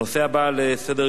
הנושא הבא בסדר-יומנו: